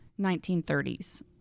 1930s